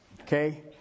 Okay